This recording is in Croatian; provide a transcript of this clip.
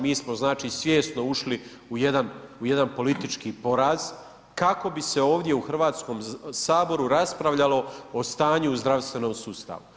Mi smo znači svjesno ušli u jedan politički poraz kako bi se ovdje u Hrvatskom saboru raspravljalo o stanju u zdravstvenom sustavu.